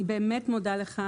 אני באמת מודה לך,